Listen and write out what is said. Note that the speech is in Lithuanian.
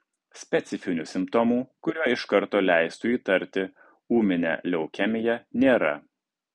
specifinių simptomų kurie iš karto leistų įtarti ūminę leukemiją nėra